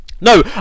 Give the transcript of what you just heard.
No